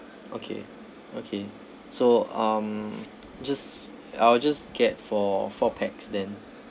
okay okay so um just I will just get for four pax then